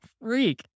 freak